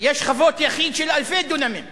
יש חוות יחידים של אלפי דונמים בנגב,